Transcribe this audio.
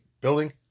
building